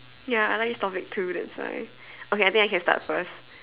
ya I like this topic too that's why okay I think I can start first